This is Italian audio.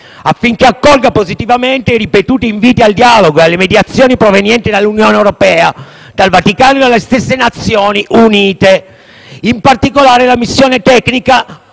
affinché accolga positivamente i ripetuti inviti al dialogo e alla mediazione provenienti dall'Unione europea, dal Vaticano e dalle stesse Nazioni Unite. Voglio richiamare, in particolare, la missione tecnica